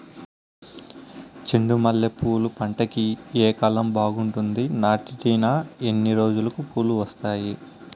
చెండు మల్లె పూలు పంట కి ఏ కాలం బాగుంటుంది నాటిన ఎన్ని రోజులకు పూలు వస్తాయి